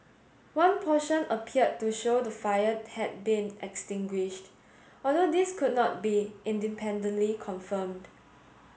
one portion appeared to show the fire had been extinguished although this could not be independently confirmed